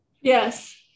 Yes